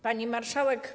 Pani Marszałek!